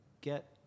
get